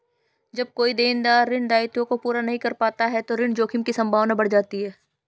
जब कोई देनदार ऋण दायित्वों को पूरा नहीं कर पाता तो ऋण जोखिम की संभावना बढ़ जाती है